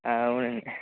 అవునండి